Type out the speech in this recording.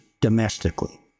domestically